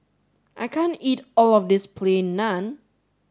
I can't eat all of this Plain Naan